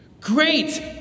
Great